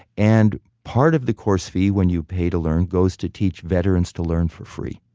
and part of the course fee when you pay to learn goes to teach veterans to learn for free.